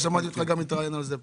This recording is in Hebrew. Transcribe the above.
שמעתי אותך מתראיין גם על זה פעם.